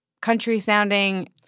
country-sounding